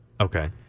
Okay